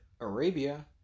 Arabia